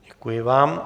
Děkuji vám.